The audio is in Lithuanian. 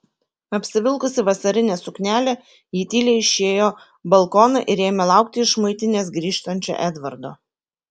apsivilkusi vasarinę suknelę ji tyliai išėjo balkoną ir ėmė laukti iš muitinės grįžtančio edvardo